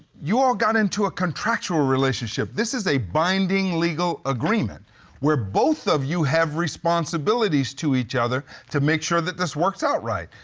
you all got into a contractual relationship. this is a binding, legal agreement where both of you have responsibilities to each other to make sure that this works out right.